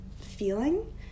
feeling